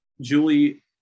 Julie